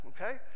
okay